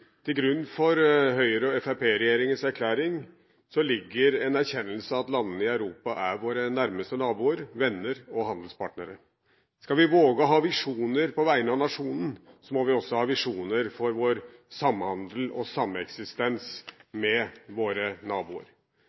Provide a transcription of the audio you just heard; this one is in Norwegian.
Til grunn for Høyre–Fremskrittsparti-regjeringens erklæring ligger det en erkjennelse av at landene i Europa er våre nærmeste naboer, venner og handelspartnere. Skal vi våge å ha visjoner på vegne av nasjonen, må vi også ha visjoner for vår samhandel og sameksistens med våre naboer.